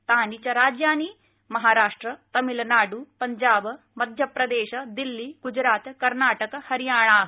तानि च राज्यानि महाराष्ट्र तमिलनाड़ पंजाब मध्यप्रदेश दिल्ली ग्जरात कर्नाटक हरियाणाः